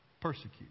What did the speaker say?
persecute